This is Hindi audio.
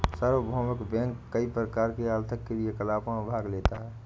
सार्वभौमिक बैंक कई प्रकार के आर्थिक क्रियाकलापों में भाग लेता है